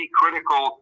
critical